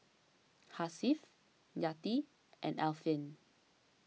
Hasif Yati and Alfian